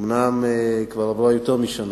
אומנם כבר עברה יותר משנה,